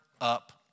up